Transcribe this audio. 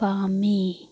ꯄꯥꯝꯃꯤ